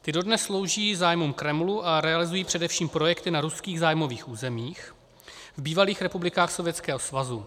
Ty dodnes slouží zájmům Kremlu a realizují především projekty na ruských zájmových územích, v bývalých republikách Sovětského svazu.